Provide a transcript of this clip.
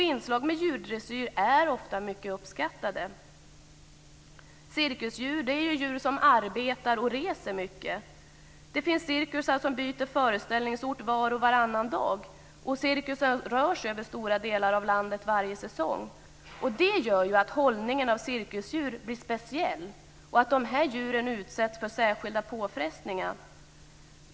Inslag av djurdressyr är ofta mycket uppskattade. Cirkusdjur är djur som arbetar och reser mycket. Det finns cirkusar som byter föreställningsort var och varannan dag, och cirkusen rör sig över stora delar av landet varje säsong. Det gör att hållningen av cirkusdjur blir speciell och att de här djuren utsätts för särskilda påfrestningar.